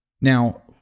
now